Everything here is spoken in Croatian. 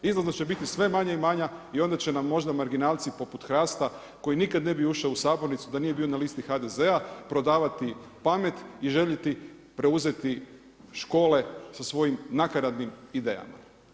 Izlaznost će biti sve manja i manja i onda će nam možda marginalci poput HRAST-a koji nikad ne bi ušao u sabornicu da nije bio na listi HDZ-a prodavati pamet i željeti preuzeti škole sa svojim nakaradnim idejama.